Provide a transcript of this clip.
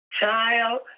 child